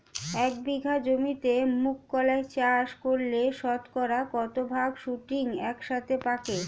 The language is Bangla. এক বিঘা জমিতে মুঘ কলাই চাষ করলে শতকরা কত ভাগ শুটিং একসাথে পাকে?